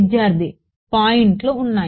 విద్యార్థి పాయింట్లు ఉన్నాయి